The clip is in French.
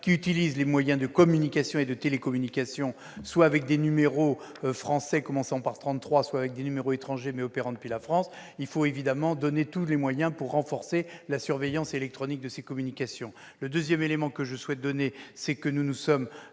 qui utilise les moyens de communication et de télécommunication, soit avec des numéros français commençant par 33, soit avec des numéros étrangers, mais opérant depuis la France, il faut évidemment donner à nos services tous les moyens pour renforcer la surveillance électronique de ces communications. Ensuite, nous nous sommes